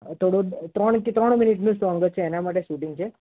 થોડું ત્રણ કે ત્રણ મિનિટનું જ સોંગ છે એનાં માટે શૂટિંગ છે